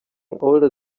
older